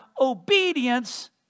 obedience